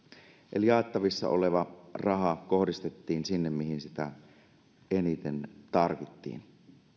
eli jaettavissa oleva raha kohdistettiin sinne missä sitä eniten tarvittiin